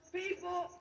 people